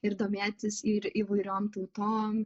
ir domėtis ir įvairiom tautom